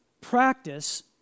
Practice